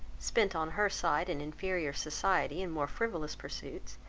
spent on her side in inferior society and more frivolous pursuits,